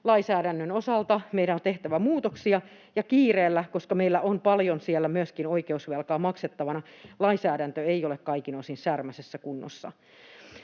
IMO-lainsäädännön osalta meidän on tehtävä muutoksia ja kiireellä, koska meillä on siellä paljon myöskin oikeusvelkaa maksettavana. Lainsäädäntö ei ole kaikin osin särmäisessä kunnossa.